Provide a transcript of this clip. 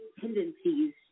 tendencies